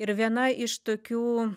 ir viena iš tokių